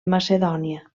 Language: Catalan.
macedònia